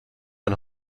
ein